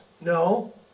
No